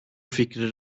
fikri